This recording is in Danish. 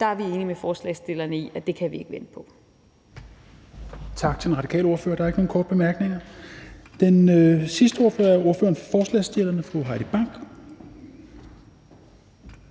Der er vi enige med forslagsstillerne i, at det kan vi ikke vente på.